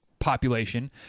population